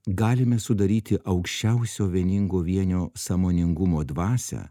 galime sudaryti aukščiausio vieningo vienio sąmoningumo dvasią